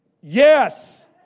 Yes